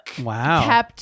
Wow